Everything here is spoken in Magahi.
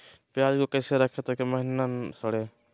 प्याज को कैसे रखे ताकि महिना सड़े?